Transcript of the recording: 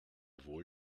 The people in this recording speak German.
wohl